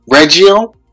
regio